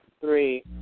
three